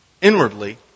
inwardly